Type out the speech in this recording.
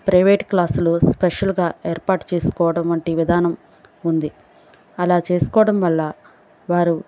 private క్లాసులు స్పెషల్గా ఏర్పాటు చేసుకోవడం వంటి విధానం ఉంది అలా చేసుకోవటం వల్ల వారు